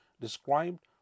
described